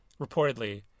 reportedly